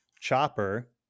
Chopper